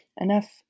Enough